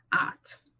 art